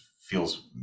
feels